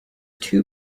two